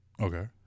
Okay